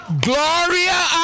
Gloria